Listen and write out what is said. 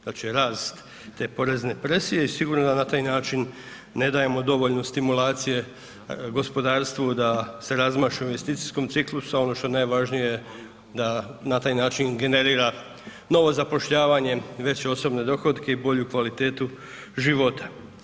Znači rast te porezne presije i sigurno da na taj način ne dajemo dovoljno stimulacije gospodarstvu da se razmaše u investicijskom ciklusu, a ono što je najvažnije da na taj način generira novo zapošljavanje, veće osobne dohotke i bolju kvalitetu života.